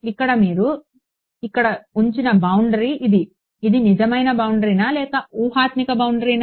ఇప్పుడు మీరు ఇక్కడ ఉంచిన బౌండరీ ఇది ఇది నిజమైన బౌండరీనా లేదా ఊహాత్మక బౌండరీనా